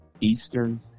Eastern